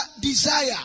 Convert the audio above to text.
desire